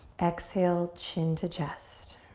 exhale, chin to chest.